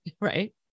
Right